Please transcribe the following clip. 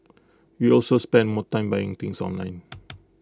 we also spend more time buying things online